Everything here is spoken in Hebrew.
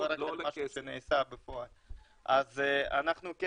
זה לא